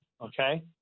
okay